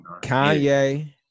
Kanye